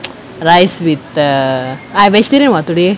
rice with the irish didn't want to lie